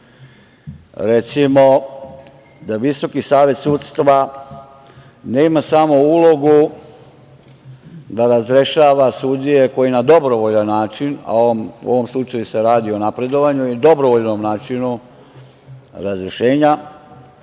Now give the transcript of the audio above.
Recimo, da Visoki savet sudstva nema samo ulogu da razrešava sudije koji na dobrovoljan način, a u ovom slučaju se radi o napredovanju i dobrovoljnom načinu razrešenja